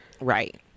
Right